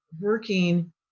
working